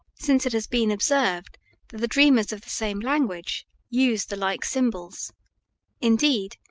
since it has been observed that the dreamers of the same language use the like symbols indeed,